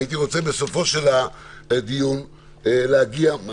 והייתי רוצה בסופו של הדיון להגיע גם